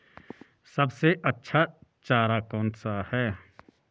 सबसे अच्छा चारा कौन सा है?